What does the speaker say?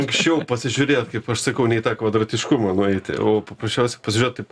lanksčiau pasižiūrėt kaip aš sakau ne į tą kvadratiškumą nueiti o paprasčiausiai pasižiūrėt taip